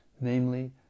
namely